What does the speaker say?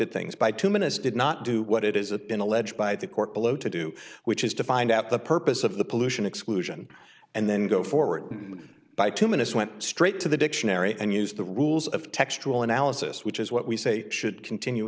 at things by two minutes did not do what it is that been alleged by the court below to do which is to find out the purpose of the pollution exclusion and then go forward by two minutes went straight to the dictionary and used the rules of textual analysis which is what we say should continue